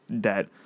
debt